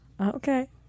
Okay